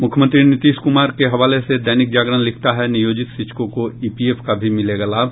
मुख्यमंत्री नीतीश कुमार के हवाले से दैनिक जागरण लिखता है नियोजित शिक्षकों को ईपीएफ का भी मिलेगा लाभ